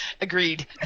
Agreed